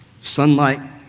sunlight